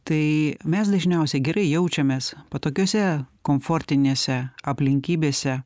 tai mes dažniausiai gerai jaučiamės patogiose komfortinėse aplinkybėse